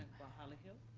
holly hill?